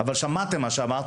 אבל שמעתם את מה שאמרתי,